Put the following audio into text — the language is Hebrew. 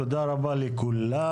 תודה רבה לכולם,